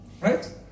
Right